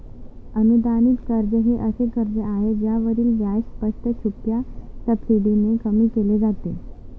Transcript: अनुदानित कर्ज हे असे कर्ज आहे ज्यावरील व्याज स्पष्ट, छुप्या सबसिडीने कमी केले जाते